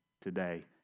today